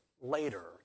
later